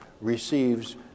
receives